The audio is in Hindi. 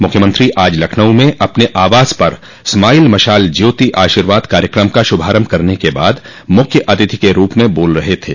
मुख्यमंत्री आज लखनऊ में अपने आवास पर स्माइल मशाल ज्योति आशीर्वाद कार्यक्रम का शुभारम्भ करने के बाद मुख्य अतिथि के रूप में बोल रहे थे